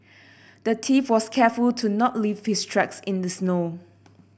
the thief was careful to not leave his tracks in the snow